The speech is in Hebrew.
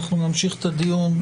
אנחנו נמשיך את הדיון.